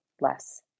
less